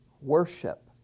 worship